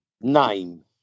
name